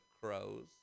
crows